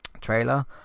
trailer